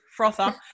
frother